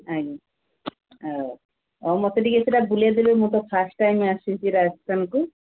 ଆଜ୍ଞା ହଉ ଆଉ ମୋତେ ଟିକେ ସେଇଟା ବୁଲେଇ ଦେଲେ ମୁଁ ତ ଫାଷ୍ଟ୍ ଟାଇମ୍ ଆସିଛି ରାଜସ୍ଥାନକୁ